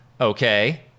okay